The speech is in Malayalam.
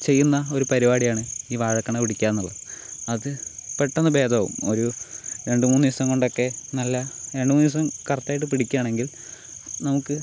ചെയ്യുന്ന ഒരു പരിപാടിയാണ് ഈ വാഴക്കണ പിടിക്കുക എന്നുള്ളത് അത് പെട്ടന്ന് ഭേദമാകും ഒരു രണ്ട് മൂന്ന് ദിവസം കൊണ്ടൊക്കെ നല്ല രണ്ട് മൂന്ന് ദിവസം കറക്റ്റ് ആയിട്ട് പിടിക്കുകയാണെങ്കിൽ നമുക്ക്